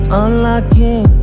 unlocking